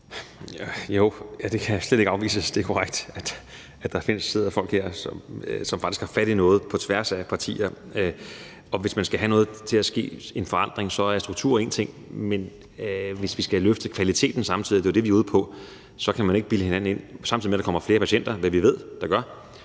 Jo, det kan slet ikke afvises – det er korrekt – at der sidder folk her, som faktisk har fat i noget på tværs af partier, og hvis man skal have noget til at ske i en forandring, så er struktur én ting. Men hvis vi samtidig skal have løftet kvaliteten, og det er jo det, vi er ude på, samtidig med at der kommer flere patienter, hvad vi ved der gør,